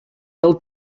pel